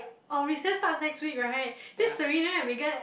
our recess starts next week right this Serena and Megan